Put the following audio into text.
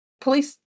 Police